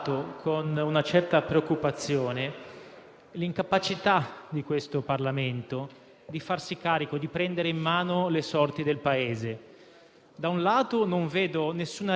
Da un lato, non vedo alcuna reazione nei confronti del fallimento che l'Europa sta dimostrando nei confronti delle esigenze